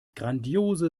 grandiose